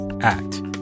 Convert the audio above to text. act